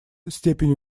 степень